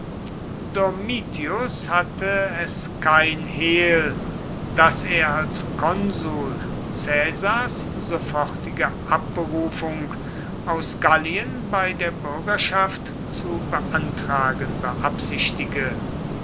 hatte es kein hehl daß er als konsul caesars sofortige abberufung aus gallien bei der bürgerschaft zu beantragen beabsichtige